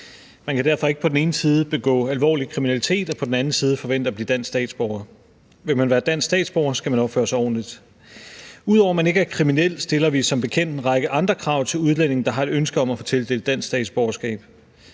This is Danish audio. på den ene side begå alvorlig kriminalitet og på den anden side forvente at blive dansk statsborger. Vil man være dansk statsborger, skal man opføre sig ordentligt. Ud over det, at man ikke er kriminel, stiller vi som bekendt en række andre krav til udlændinge, der har et ønske om at få tildelt dansk statsborgerskab.